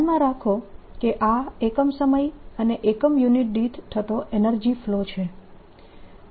ધ્યાનમાં રાખો કે આ એકમ સમય અને એકમ યુનિટ દીઠ થતો એનર્જી ફ્લો છે